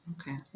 Okay